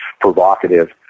provocative